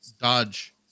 dodge